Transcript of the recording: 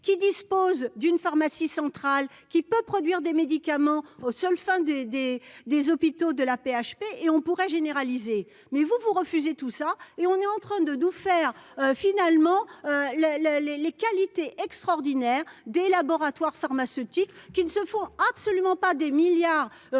qui dispose d'une pharmacie centrale qui peut produire des médicaments au seul enfin des des des hôpitaux de la PHP et on pourrait généraliser mais vous vous refusez tout ça et on est en train de nous faire finalement le le les les qualités extraordinaires des laboratoires pharmaceutiques qui ne se font absolument pas des milliards d'euros